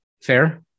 Fair